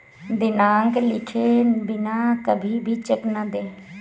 दिनांक लिखे बिना कभी भी चेक न दें